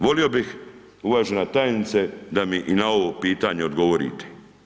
Volio bih, uvažena tajnice da mi i na ovo pitanje odgovorite.